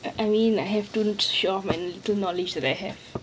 I mean I have to show off the knowledge that I have